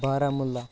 Baramulla